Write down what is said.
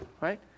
right